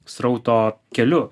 srauto keliu